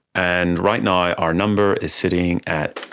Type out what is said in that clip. and right now our number is sitting at